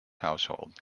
household